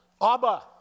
Abba